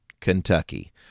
Kentucky